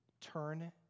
Turn